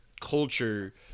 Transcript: culture